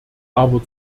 aber